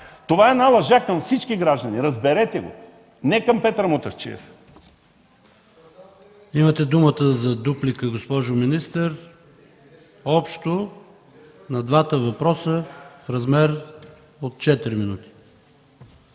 Това е една лъжа към всички граждани, разберете го, не към Петър Мутафчиев.